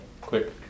quick